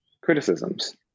criticisms